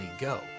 go